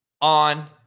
on